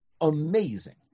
Amazing